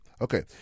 Okay